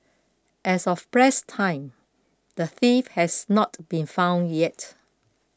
as of press time the thief has not been found yet